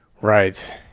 Right